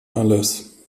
alles